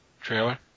trailer